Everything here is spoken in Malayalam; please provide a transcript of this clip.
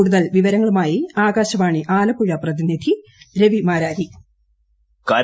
കൂടുതൽ വിവരങ്ങളുമായി ആകാശവാണി ആലപ്പൂഴ പ്രതിനിധി രവി മാരാരി